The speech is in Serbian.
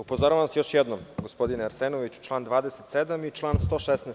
Upozoravam vas još jednom, gospodine Arsenoviću, član 27. i član 116.